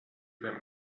fer